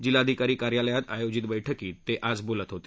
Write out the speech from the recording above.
जिल्हाधिकारी कार्यालयात आयोजित बैठकीत ते बोलत होते